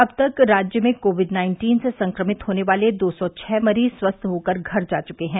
अब तक राज्य में कोविड नाइन्टीन से संक्रमित होने वाले दो सौ छः मरीज स्वस्थ होकर घर जा चुके हैं